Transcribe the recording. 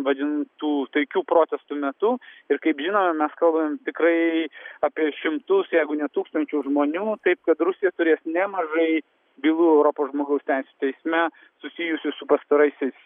vadintų taikių protestų metu ir kaip žinome mes kalbam tikrai apie šimtus jeigu ne tūkstančius žmonių taip kad rusija turės nemažai bylų europos žmogaus teisių teisme susijusių su pastaraisiais